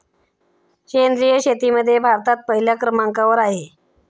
सेंद्रिय शेतीमध्ये भारत पहिल्या क्रमांकावर आहे